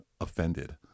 offended